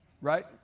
Right